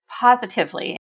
positively